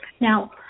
Now